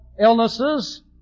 illnesses